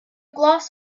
gloss